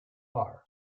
are